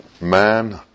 man